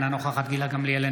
אינה נוכחת גילה גמליאל,